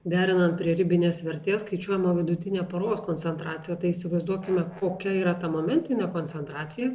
derinant prie ribinės vertės skaičiuojama vidutinė paros koncentracija tai įsivaizduokime kokia yra ta momentinė koncentracija